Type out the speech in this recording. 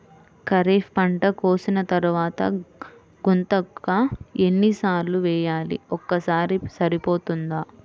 ఖరీఫ్ పంట కోసిన తరువాత గుంతక ఎన్ని సార్లు వేయాలి? ఒక్కసారి సరిపోతుందా?